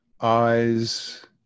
eyes